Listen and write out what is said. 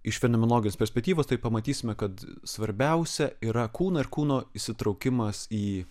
iš fenomenologijos perspektyvos tai pamatysime kad svarbiausia yra kūno ir kūno įsitraukimas į